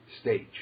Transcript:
stage